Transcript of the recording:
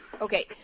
Okay